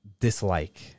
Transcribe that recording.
dislike